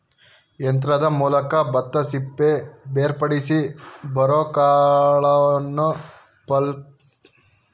ಯಂತ್ರದ ಮೂಲಕ ಭತ್ತದಸಿಪ್ಪೆ ಬೇರ್ಪಡಿಸಿ ಬರೋಕಾಳನ್ನು ಪಾಲಿಷ್ಮಾಡಿದಾಗ ಬಿಳಿ ಹೊಳೆಯುವ ಅಕ್ಕಿ ಸಿಕ್ತದೆ